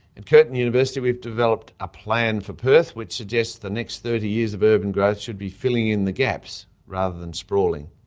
and curtin university we have developed a plan for perth, which suggests the next thirty years of urban growth should be filling in the gaps rather than sprawling.